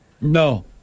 No